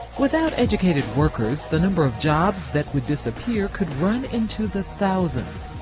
without educated workers, the number of jobs that would disappear could run into the thousands,